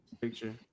picture